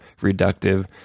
reductive